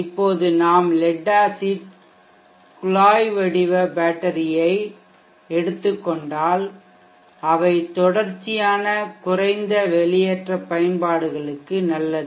இப்போது நாம் lead acid குழாய் வடிவ பேட்டரியை எடுத்துக் கொண்டால் அவை தொடர்ச்சியான குறைந்த வெளியேற்ற பயன்பாடுகளுக்கு நல்லது